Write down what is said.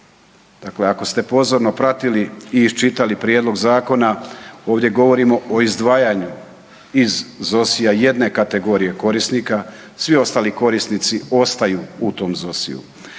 Dakle, ako ste pozorno pratili i iščitali prijedlog zakona, ovdje govorimo o izdvajanju iz ZOSI-ja jedne kategorije korisnika, svi ostali korisnici ostaju u tom ZOSI-ju.